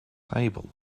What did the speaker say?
table